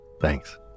Thanks